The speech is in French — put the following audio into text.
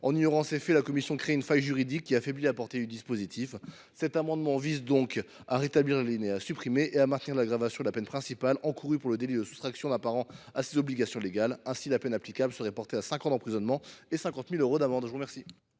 En ignorant ces faits, la commission crée une faille juridique qui affaiblit la portée du dispositif. Cet amendement tend donc à rétablir l’alinéa supprimé et à maintenir l’aggravation de la peine principale encourue pour le délit de soustraction d’un parent à ses obligations légales. Ainsi, la peine applicable serait portée à cinq ans d’emprisonnement et 50 000 euros d’amende. L’amendement